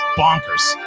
bonkers